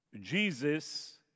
Jesus